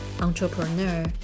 entrepreneur